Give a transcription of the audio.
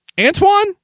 Antoine